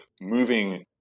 moving